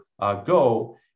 Go